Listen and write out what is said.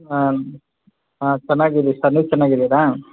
ಹಾಂ ಚೆನ್ನಾಗಿದ್ದೀವಿ ಸರ್ ನೀವು ಚೆನ್ನಾಗಿದ್ದೀರಾ